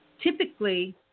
typically